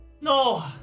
No